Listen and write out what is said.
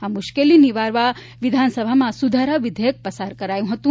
આ મુશ્કેલી નિવારવા વિધાનસભામાં સુધારા વિધેયક પસાર કરાયું હતું